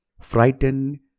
frightened